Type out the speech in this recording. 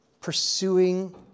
pursuing